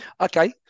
okay